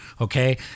Okay